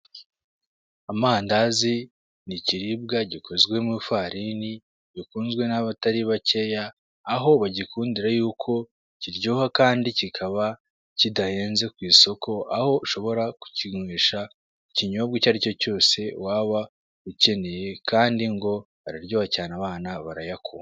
Amangazi ni ikiribwa gikozwe mu ifarini bikunzwe ntabatari bakeye aho bagikundira yuko kiryoha kandi kikaba kidahenze ku isoko aho ushobora kukinywesha ikinyobwa icyo aricyo cyose waba ukeneye kandi ngo araryoha cyane abana barayakunda.